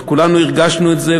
וכולנו הרגשנו את זה,